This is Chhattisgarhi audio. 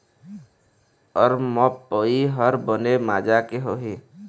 अरमपपई हर बने माजा के होही?